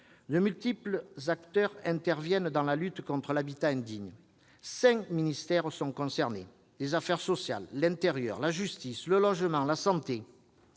De multiples acteurs interviennent dans la lutte contre l'habitat indigne. Cinq ministères sont concernés : affaires sociales, intérieur, justice, logement, santé.